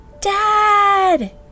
Dad